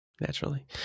naturally